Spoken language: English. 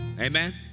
Amen